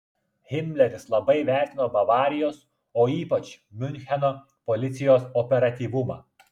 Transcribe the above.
himleris labai vertino bavarijos o ypač miuncheno policijos operatyvumą